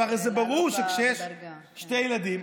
הרי זה ברור שכשיש שני ילדים,